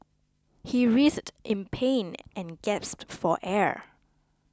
he writhed in pain and gasped for air